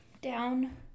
down